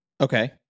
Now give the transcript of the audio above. Okay